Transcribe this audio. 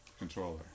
controller